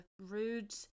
rude